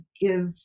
give